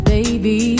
Baby